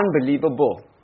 unbelievable